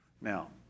Now